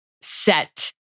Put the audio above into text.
set